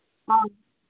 ꯑ